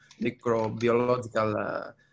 microbiological